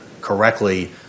correctly